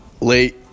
late